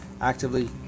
actively